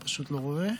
אני פשוט לא רואה.